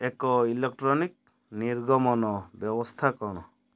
ଏକ ଇଲେକ୍ଟ୍ରୋନିକ୍ ନିର୍ଗମନ ବ୍ୟବସ୍ଥା କ'ଣ